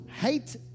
hate